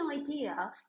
idea